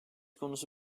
konusu